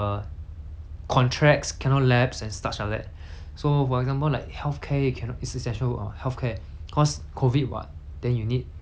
so for example like healthcare you cannot it's essential work [what] healthcare cause COVID [what] then you need nurses you need doctors and whatnot but then